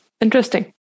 interesting